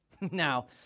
Now